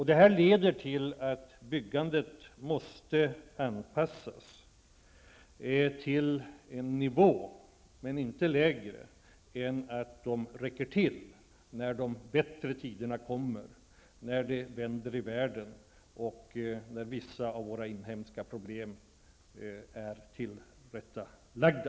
Detta leder till att byggandet måste anpassas till en nivå men inte lägre än att det finns tillräckligt när bättre tider kommer -- när det vänder i världen och när vissa av våra inhemska problem är tillrättalagda.